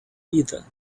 either